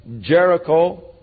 Jericho